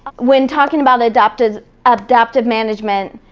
when talking about adaptive adaptive management,